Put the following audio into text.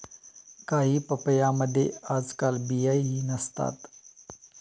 काही पपयांमध्ये आजकाल बियाही नसतात